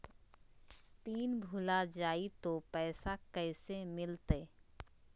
Pin भूला जाई तो पैसा कैसे मिलते?